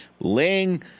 Laying